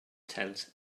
tent